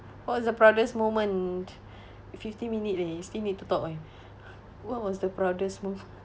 what's the proudest moment fifty minute leh you still need to talk eh what was the proudest moment